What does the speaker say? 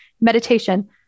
meditation